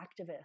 activists